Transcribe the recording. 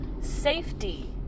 Safety